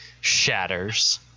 shatters